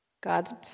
God